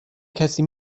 کسی